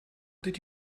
did